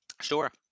Sure